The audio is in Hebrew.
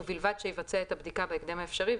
ובלבד שיבצע את הבדיקה בהקדם האפשרי,